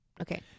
Okay